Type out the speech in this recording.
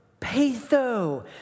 patho